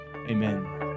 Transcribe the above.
amen